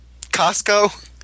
Costco